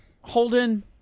Holden